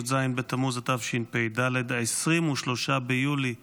י"ז בתמוז התשפ"ד (23 ביולי 2024)